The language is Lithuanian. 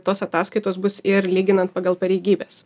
tos ataskaitos bus ir lyginant pagal pareigybes